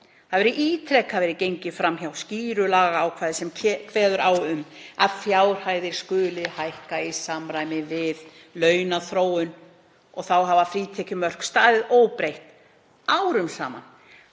Ítrekað hefur verið gengið fram hjá skýru lagaákvæði sem kveður á um að fjárhæðir skuli hækka í samræmi við launaþróun. Þá hafa frítekjumörk staðið óbreytt árum saman,